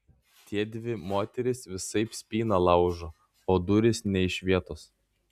tiedvi moterys visaip spyną laužo o durys nė iš vietos